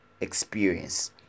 experience